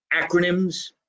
acronyms